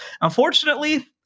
unfortunately